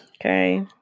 Okay